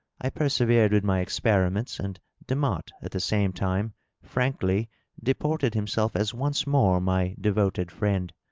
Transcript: i persevered with my experiments, and demotte at the same time frankly deported himself as once more my devoted friend.